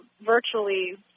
virtually